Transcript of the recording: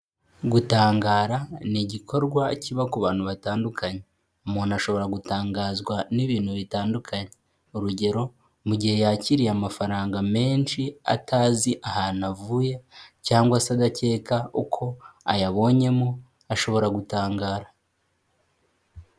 Gutangara ni igikorwa kiba ku bantu batandukanye. Umuntu ashobora gutangazwa n'ibintu bitandukanye. Urugero, mu gihe yakiriye amafaranga menshi atazi ahantu avuye cyangwa se adakeka uko ayabonyemo, ashobora gutangara.